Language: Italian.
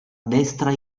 destra